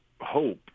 hope